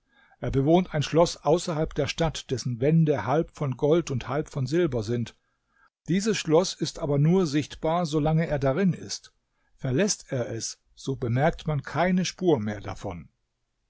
er bewohnt ein schloß außerhalb der stadt dessen wände halb von gold und halb von silber sind dieses schloß ist aber nur sichtbar solange er darin ist verläßt er es so bemerkt man keine spur mehr davon